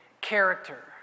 character